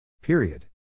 Period